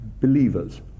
believers